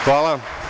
Hvala.